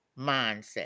mindset